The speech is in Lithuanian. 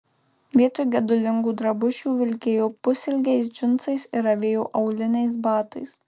vietoj gedulingų drabužių vilkėjo pusilgiais džinsais ir avėjo auliniais batais